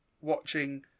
watching